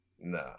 Nah